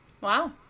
Wow